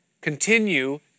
continue